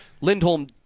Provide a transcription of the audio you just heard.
Lindholm